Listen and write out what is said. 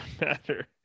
matter